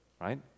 right